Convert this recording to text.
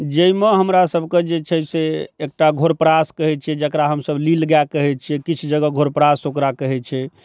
जाहिमे हमरा सभके जे छै से एकटा घोरपरास कहै छै जकरा हमसब नीलगाय कहै छियै किछु जगह घोरपरास ओकरा कहै छै